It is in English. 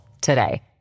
today